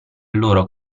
loro